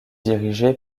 dirigé